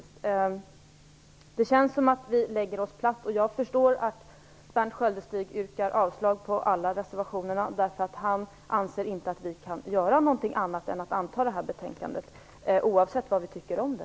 Det känns som att vi lägger oss platt, och jag förstår att Berndt Sköldestig yrkar avslag på alla reservationer. Han anser inte att vi kan göra någonting annat än att anta detta betänkande, oavsett vad vi tycker om det.